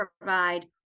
provide